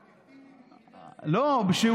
תנאי כשירות אובייקטיביים, לא סובייקטיביים.